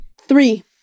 Three